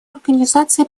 организации